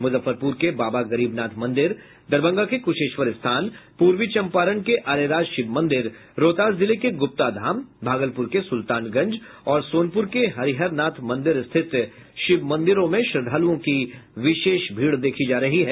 मुजफ्फरपुर के बाबा गरीबनाथ मंदिर दरभंगा के कुशेश्वर स्थान पूर्वी चंपारण के अरेराज शिव मंदिर रोहतास जिले के गुप्ताधाम भागलपुर के सुल्तानगंज और सोनपुर के हरिहर नाथ मंदिर स्थित शिव मंदिर में श्रद्वालुओं की विशेष भीड़ देखी जा रही है